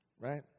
right